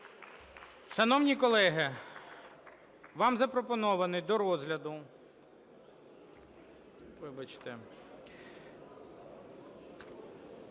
Шановні колеги, вам запропонований до розгляду…